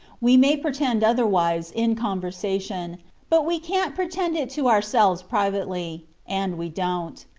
we may pretend otherwise, in conversation but we can't pretend it to ourselves privately and we don't.